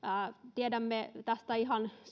tiedämme tästä ihan